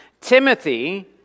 Timothy